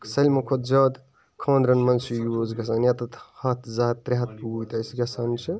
سٲلمو کھۄتہٕ زیادٕ خانٛدرَن مَنٛز چھُ یوٗز گَژھان ییٚتیٚتھ ہَتھ زٕ ہَتھ ترٛے ہَتھ پوٗتۍ اسہِ گَژھان چھِ